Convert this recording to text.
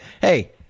hey